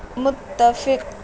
متفق